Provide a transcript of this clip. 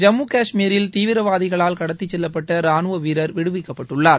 ஜம்மு காஷ்மீரில் தீவிரவாதிகளால் கடத்தி செல்லப்பட்ட ரானுவ வீரர் விடுவிக்கப்பட்டுள்ளார்